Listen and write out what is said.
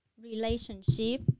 relationship